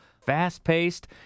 fast-paced